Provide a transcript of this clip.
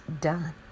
done